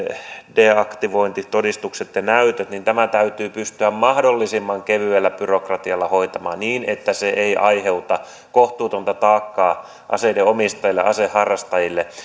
deaktivointitodistukset ja näytöt täytyy pystyä mahdollisimman kevyellä byrokratialla hoitamaan se niin että se ei aiheuta kohtuutonta taakkaa aseiden omistajille aseharrastajille